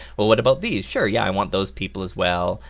well what about these? sure, yeah i want those people as well.